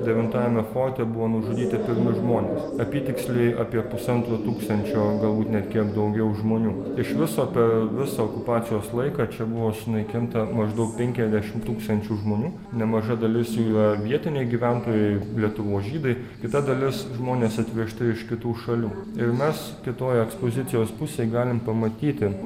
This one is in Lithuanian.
devintajame forte buvo nužudyti pirmi žmonės apytiksliai apie pusantro tūkstančio galbūt net kiek daugiau žmonių iš viso per visą okupacijos laiką čia buvo sunaikinta maždaug penkiasdešimt tūkstančių žmonių nemaža dalis jų yra vietiniai gyventojai lietuvos žydai kita dalis žmonės atvežti iš kitų šalių ir mes kitoj ekspozicijos pusėj galim pamatyti